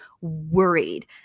worried